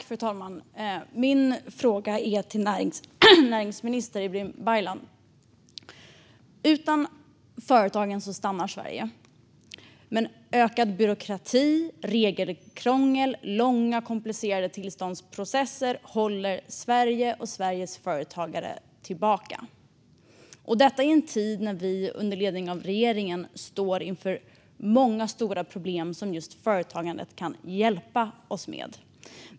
Fru talman! Min fråga är till näringsminister Ibrahim Baylan. Utan företagen stannar Sverige, men ökad byråkrati, regelkrångel och långa, komplicerade tillståndsprocesser håller Sverige och Sveriges företagare tillbaka, detta i en tid när vi under ledning av regeringen står inför många stora problem som just företagandet kan hjälpa oss med.